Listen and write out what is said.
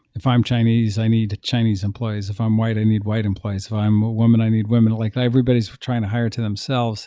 if i'm chinese, i need chinese employees. if i'm white, i need white employees. if i'm a woman, i need women like everybody's trying to hire two themselves